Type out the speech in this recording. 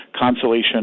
consolation